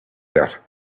that